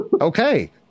Okay